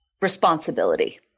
responsibility